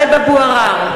(קוראת בשמות חברי הכנסת)